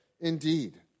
indeed